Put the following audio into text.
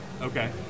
Okay